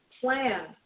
plan